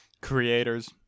creators